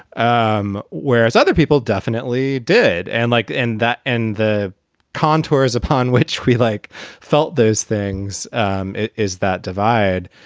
um whereas other people definitely did. and like in that and the contours upon which we like felt those things um is that divide.